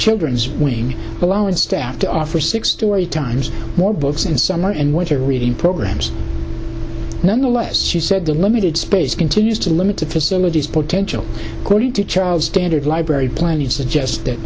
children's wing alone staff to offer six story times more books in summer and what you're reading programs nonetheless she said the limited space continues to limited facilities potential coding to charles standard library plenty of suggest